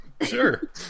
sure